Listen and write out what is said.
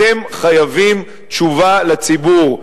אתם חייבים תשובה לציבור.